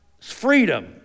freedom